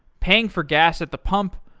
paying for gas at the pump,